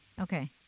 Okay